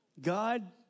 God